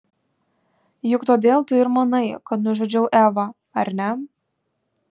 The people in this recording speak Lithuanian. juk todėl tu ir manai kad nužudžiau evą ar ne